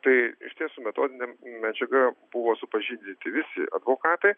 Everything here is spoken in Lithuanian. tai išties su metodine medžiaga buvo supažindinti visi advokatai